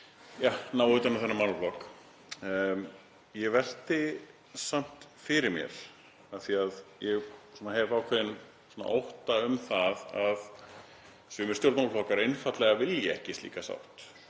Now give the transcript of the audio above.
að ná utan um þennan málaflokk. Ég velti samt fyrir mér, af því að ég hef ákveðinn ótta um að sumir stjórnmálaflokkar einfaldlega vilji ekki slíka sátt,